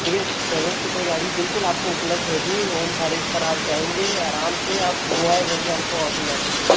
देखिए seven seater गाड़ी बिल्कुल आपको उपलब्ध होगी ओंकारेश्वर आप जायेंगे आराम से आप दुआएं देंगे हमको वहाँ पे जाकर के